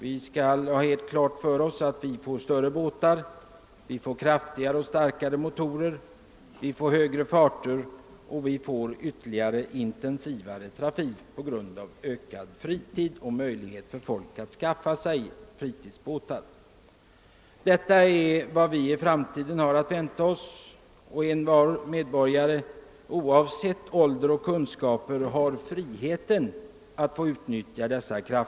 Vi skall ha klart för oss att vi framöver får större båtar med kraftigare motorer och högre farter samt en ännu mera intensiv trafik, inte minst också på grund av den ökade fritiden och de större möjligheterna för människorna att skaffa sig fritidsbåtar. Varje medborgare oavsett ålder och kunskaper har där frihet att utnyttja möjligheterna.